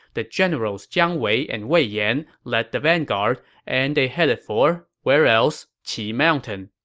the generals jiang wei and wei yan led the vanguard and they headed for where else? qi mountain.